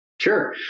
Sure